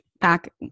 back